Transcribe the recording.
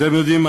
אתם יודעים,